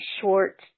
short